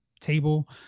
table